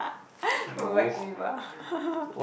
whack people